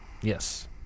Yes